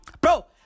Bro